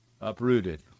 uprooted